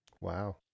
Wow